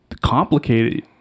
complicated